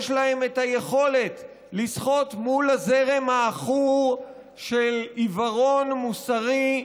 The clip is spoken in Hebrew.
יש להם את היכולת לשחות מול הזרם העכור של עיוורון מוסרי,